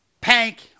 Pank